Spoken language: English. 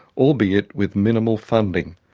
albeit with minimal funding.